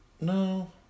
no